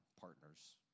partners